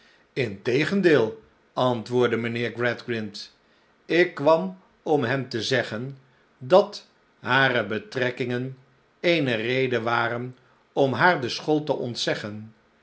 integendeel antwoordde mijnheer gradgrind ik kwam om hem te zeggen dat hare betrekkingen eene reden waren om haar de school te ontzeggen